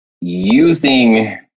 using